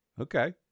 Okay